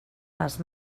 les